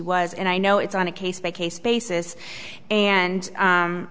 was and i know it's on a case by case basis and